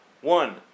One